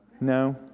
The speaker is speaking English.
No